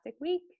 week